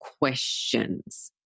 questions